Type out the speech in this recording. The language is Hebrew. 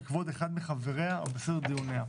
בכבוד אחד מחבריה או בסדר דיוניה.